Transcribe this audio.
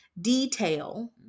detail